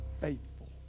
faithful